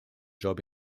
job